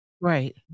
right